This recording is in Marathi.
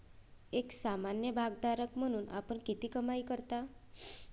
एक सामान्य भागधारक म्हणून आपण किती कमाई करता?